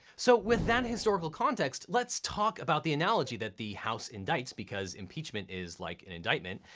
so with that historical context, let's talk about the analogy that the house indicts, because impeachment is like an indictment,